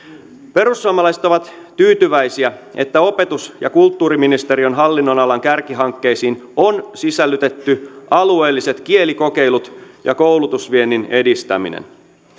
perussuomalaiset ovat tyytyväisiä että opetus ja kulttuuriministeriön hallinnonalan kärkihankkeisiin on sisällytetty alueelliset kielikokeilut ja koulutusviennin edistäminen